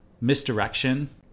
misdirection